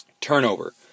turnover